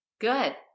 Good